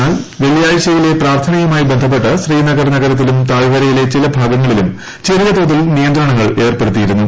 എന്നാൽ വെള്ളിയാഴ്ചയിലെ പ്രാർത്ഥനയുമായി ബന്ധപ്പെട്ട് ശ്രീനഗർ നഗരത്തിലും താഴ്വരയിലെ ചിലഭാഗങ്ങളിലും ചെറിയതോതിൽ നിയന്ത്രണങ്ങൾ ഏർപ്പെടുത്തിയിരുന്നു